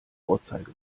vorzeige